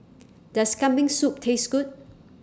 Does Kambing Soup Taste Good